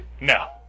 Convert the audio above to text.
No